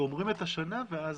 גומרים את השנה ואז.